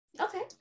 Okay